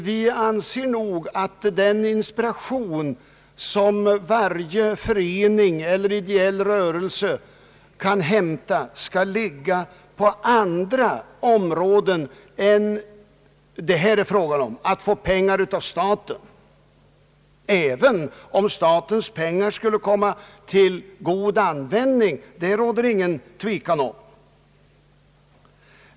Vi anser att den inspiration som varje förening eller ideell rörelse kan hämta skall ligga på andra områden än att få pengar av staten, även om statens pengar skulle komma till god användning — därom råder ingen tvekan.